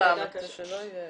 --- של חוסר ידע.